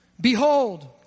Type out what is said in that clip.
Behold